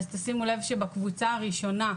שימו לב שבקבוצה הראשונה,